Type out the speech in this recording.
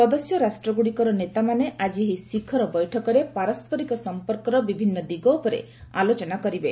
ସଦସ୍ୟ ରାଷ୍ଟ୍ରଗୁଡ଼ିକର ନେତାମାନେ ଆଜି ଏହି ଶିଖର ବୈଠକରେ ପାରସ୍କରିକ ସଂପର୍କର ବଭିନ୍ନ ଦିଗ ଉପରେ ଆଲୋଚନା କରିବେ